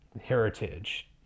heritage